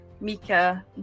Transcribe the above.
Mika